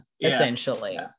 essentially